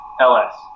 LS